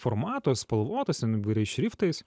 formato spalvotos ten įvairiais šriftais